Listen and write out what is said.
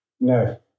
No